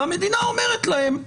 והמדינה אומרת להם: